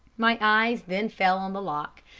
my eyes then fell on the lock,